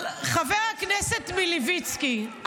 אבל חבר הכנסת מלביצקי,